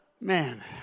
Man